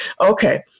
Okay